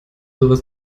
sowas